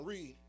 Read